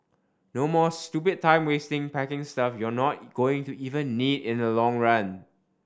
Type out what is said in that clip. no more stupid time wasting packing stuff you're not going to even need in the long run